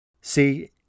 See